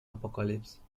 apocalypse